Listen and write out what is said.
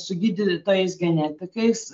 su gydytojais genetikais